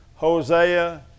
Hosea